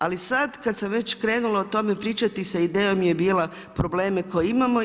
Ali sada kada sam već krenula o tome pričati, ideja mi je bila probleme koje imamo.